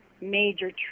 major